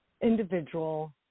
individual